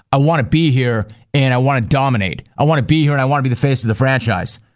i want to be here and i want to dominate, i want to be here and i want to be the face of the franchise,